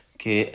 che